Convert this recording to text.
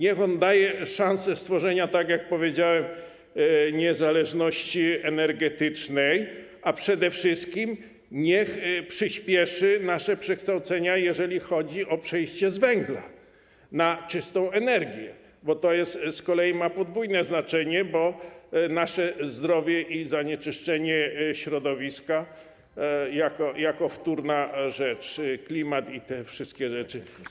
Niech on daje szansę stworzenia, tak jak powiedziałem, niezależności energetycznej, a przede wszystkim niech przyspieszy nasze przekształcenia, jeżeli chodzi o przejście z węgla na czystą energię, bo to z kolei ma podwójne znaczenie, bo nasze zdrowie i zanieczyszczenie środowiska jako wtórna rzecz, klimat i te wszystkie rzeczy.